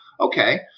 Okay